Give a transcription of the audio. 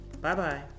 Bye-bye